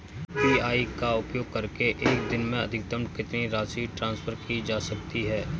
UPI का उपयोग करके एक दिन में अधिकतम कितनी राशि ट्रांसफर की जा सकती है?